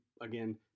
again